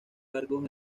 cargos